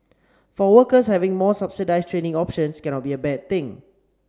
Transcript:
for workers having more subsidised training options cannot be a bad thing